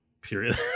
period